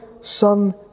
Son